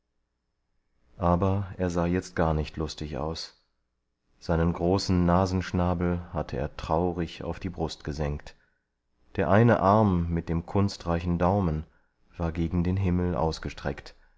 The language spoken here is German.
aber er sah jetzt gar nicht lustig aus seinen großen nasenschnabel hatte er traurig auf die brust gesenkt der eine arm mit dem kunstreichen daumen war gegen den himmel ausgestreckt